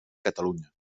catalunya